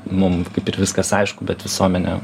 mum kaip ir viskas aišku bet visuomenė